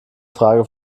frage